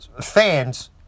fans